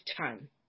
time